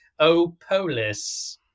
Opolis